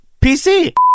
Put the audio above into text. PC